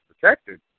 protected